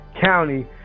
county